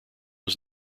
was